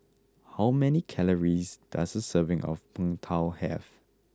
how many calories does a serving of Png Tao have